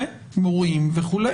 כן, מורים וכו'.